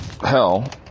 hell